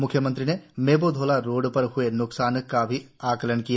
मुख्यमंत्री ने मेबो धोला रोड को हुए न्कसान का भी आकलन किया